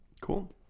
cool